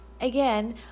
Again